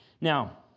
Now